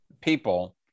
people